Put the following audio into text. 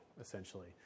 essentially